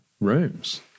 rooms